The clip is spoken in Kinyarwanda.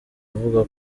avuga